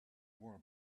war